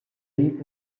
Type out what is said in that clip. sieg